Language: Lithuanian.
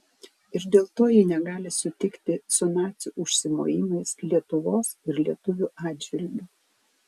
ir dėl to ji negali sutikti su nacių užsimojimais lietuvos ir lietuvių atžvilgiu